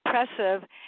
impressive